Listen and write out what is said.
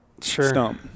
Sure